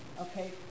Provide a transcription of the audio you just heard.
okay